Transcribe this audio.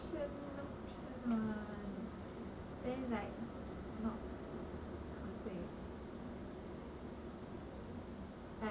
mm for me sandal the cushion no cushion what then is like not how to say